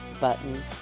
button